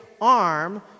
arm